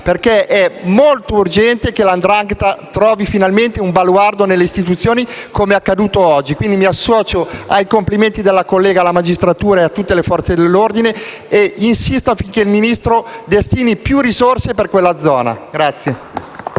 perché è molto urgente che la 'ndrangheta trovi finalmente un baluardo nelle istituzioni, come è accaduto oggi. Mi associo quindi ai complimenti della collega alla magistratura e a tutte le Forze dell'ordine e insisto affinché il ministro Minniti destini più risorse per quella zona.